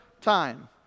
time